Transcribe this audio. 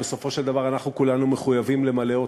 ובסופו של דבר אנחנו כולנו מחויבים למלא אותם,